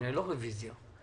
לא רוויזיה.